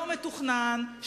לא מתוכנן,